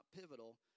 pivotal